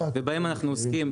ובהם אנחנו עוסקים.